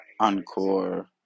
Encore